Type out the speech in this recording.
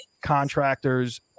contractors